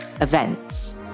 events